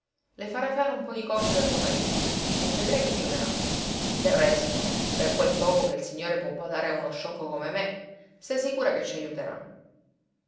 le farai fare un po di corte da tuo marito e vedrai che gioverà del resto per quel poco che il signore può badare a uno sciocco come me stai sicura che ci ajuterà